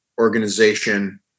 organization